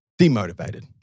demotivated